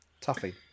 Tuffy